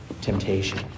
temptation